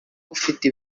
ufite